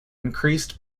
increased